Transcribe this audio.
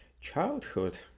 childhood